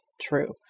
true